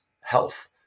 health